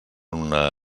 una